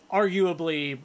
arguably